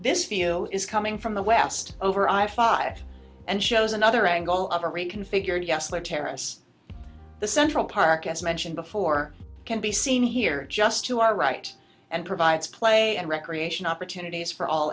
this feel is coming from the west over i five and shows another angle of a reconfigured yesler terrace the central park as mentioned before can be seen here just to our right and provides play and recreation opportunities for all